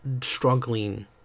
struggling